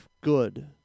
good